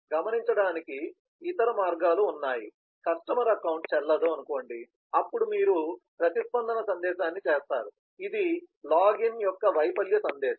గమనించడానికి ఇతర మార్గాలు ఉన్నాయి కస్టమర్ అకౌంటు చెల్లదు అనుకోండి అప్పుడు మీరు ప్రతిస్పందన సందేశాన్ని చేస్తారు ఇది లాగిన్ వైఫల్య సందేశం